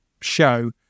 show